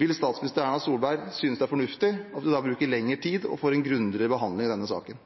Vil statsminister Erna Solberg synes det er fornuftig å bruke lengre tid og få en grundigere behandling av denne saken?